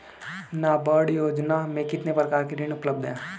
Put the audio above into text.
नाबार्ड योजना में कितने प्रकार के ऋण उपलब्ध हैं?